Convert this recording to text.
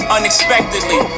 Unexpectedly